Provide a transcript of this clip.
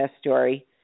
story